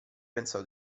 pensò